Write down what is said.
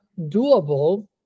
doable